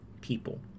people